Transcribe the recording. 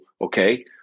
okay